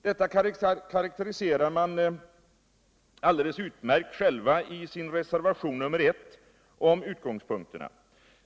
Detta karakteriserar de alldeles utmärkt själva i sin reservation om utgångspunkterna.